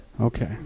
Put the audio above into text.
Okay